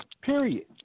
period